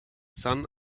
son